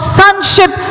sonship